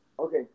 Okay